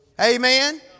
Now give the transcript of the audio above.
Amen